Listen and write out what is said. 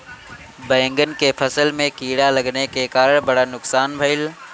बैंगन के फसल में कीड़ा लगले के कारण बड़ा नुकसान भइल